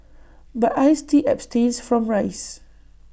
but I still abstain from rice